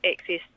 access